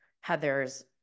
Heather's